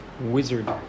Wizard